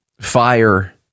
fire